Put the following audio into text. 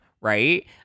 Right